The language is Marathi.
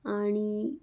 आणि